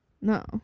No